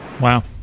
Wow